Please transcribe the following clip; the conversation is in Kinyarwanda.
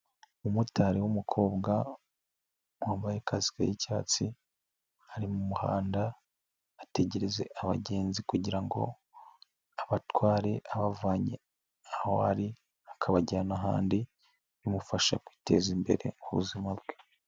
Umumotari w'umukobwa wambaye kasike y'icyatsi ari mu muhanda ategereje abagenzi kugira ngo abatware abavanye aho ari akabajyana ahandi, bimufasha kwiteza imbere mu buzima bwe.